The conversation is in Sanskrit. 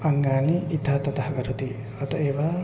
अङ्गानि इतः ततः करोति अतः एव